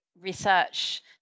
research